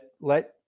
let